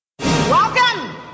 Welcome